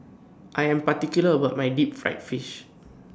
I Am particular about My Deep Fried Fish